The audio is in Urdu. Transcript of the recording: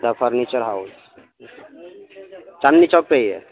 دا فرنیچر ہاؤس چاندنی چو پہ ہے